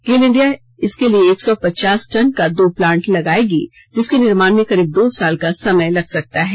गेल India इसके लिए एक सौ पचास टन का दो प्लान्ट लगाएगी जिसके निर्माण में करीब दो साल को समय लग सकता है